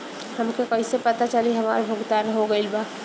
हमके कईसे पता चली हमार भुगतान हो गईल बा?